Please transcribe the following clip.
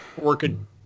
working